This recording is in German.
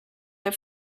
der